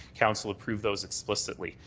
council approved those explicitly.